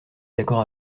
d’accord